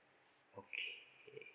okay